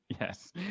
Yes